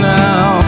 now